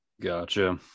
Gotcha